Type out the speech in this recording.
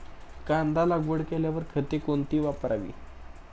कांदा लागवड केल्यावर खते कोणती वापरावी?